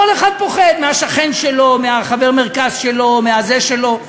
כל אחד פוחד מהשכן שלו, מחבר המרכז שלו, מהזה שלו.